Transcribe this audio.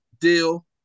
deal